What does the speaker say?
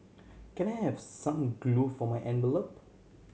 can I have some glue for my envelope